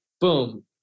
boom